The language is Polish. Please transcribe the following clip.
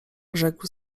rzekł